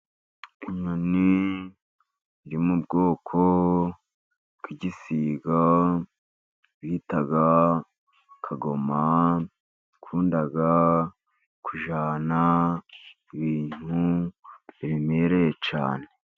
Inyoni iri mu bwoko bw'igisiga bita kagoma ikunda kujyana ibintu biremereye cyane.